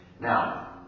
Now